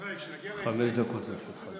חמש דקות לרשותך.